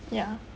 ya